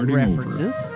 references